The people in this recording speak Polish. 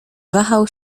wahał